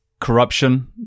corruption